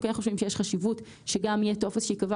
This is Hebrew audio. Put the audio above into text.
אנחנו כן חושבים שיש חשיבות שגם יהיה טופס שייקבע